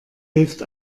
hilft